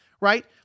Right